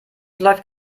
läuft